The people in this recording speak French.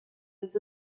les